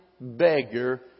beggar